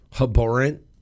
abhorrent